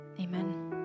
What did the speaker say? Amen